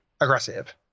aggressive